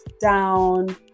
down